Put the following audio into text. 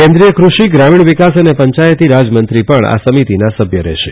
કેન્દ્રીય ક્રષિ ગ્રામીણ વિકાસ અને પંચાયતી રાજમંત્રી પણ આ સમિતીના સભ્ય રહેશે